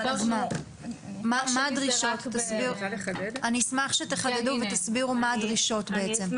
אני אשמח שתחדדו ושתסבירו מה הדרישות בעצם.